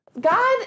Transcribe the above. God